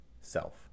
self